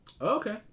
Okay